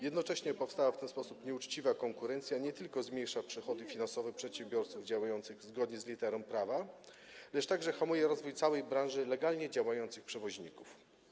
Jednocześnie powstała w ten sposób nieuczciwa konkurencja nie tylko zmniejsza przychody finansowe przedsiębiorców działających zgodnie z literą prawa, lecz także hamuje rozwój całej branży legalnie działających przewoźników.